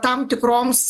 tam tikroms